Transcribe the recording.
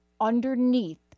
underneath